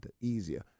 easier